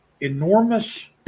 enormous